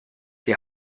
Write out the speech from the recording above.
die